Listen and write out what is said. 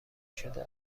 شده